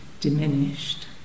diminished